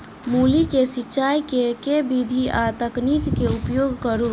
मूली केँ सिचाई केँ के विधि आ तकनीक केँ उपयोग करू?